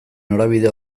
norabide